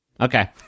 Okay